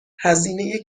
هزینه